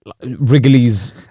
Wrigley's